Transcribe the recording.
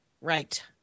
right